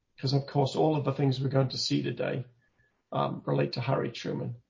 because of course all of the things we're going to see today relate to harry truman